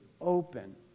open